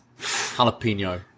jalapeno